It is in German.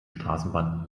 straßenbahn